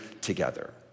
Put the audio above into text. together